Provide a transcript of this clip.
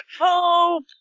hope